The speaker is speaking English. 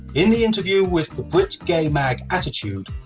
in the interview with butch gay mag attitude,